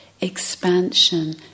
Expansion